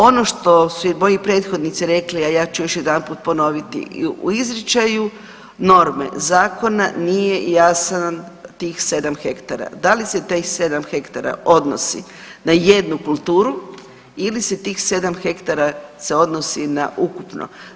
Ono što su i moji prethodnici rekli, a ja ću još jedanput ponoviti, u izričaju norme zakona nije jasan tih 7 hektara da li se tih 7 hektara odnosi na jednu kulturu, ili se tih 7 hektara se odnosi na ukupno.